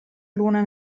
luna